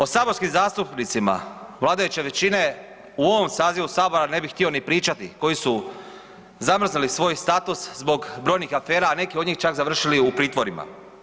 O saborskim zastupnicima vladajuće većine u ovom sazivu Sabora ne bih htio ni pričati koji su zamrznuli svoj status zbog brojnih afera, a neki od njih čak završili u pritvorima.